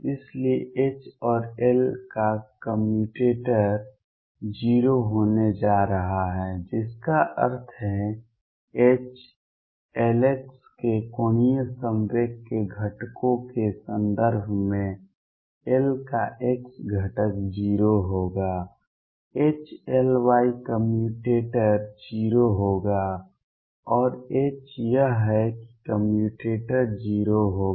इसलिए H और L का कम्यूटेटर 0 होने जा रहा है जिसका अर्थ है H Lx के कोणीय संवेग के घटकों के संदर्भ में L का x घटक 0 होगा H Ly कम्यूटेटर 0 होगा और H यह है कि कम्यूटेटर 0 होगा